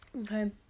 Okay